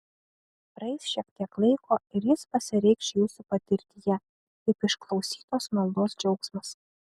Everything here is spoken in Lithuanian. praeis šiek tiek laiko ir jis pasireikš jūsų patirtyje kaip išklausytos maldos džiaugsmas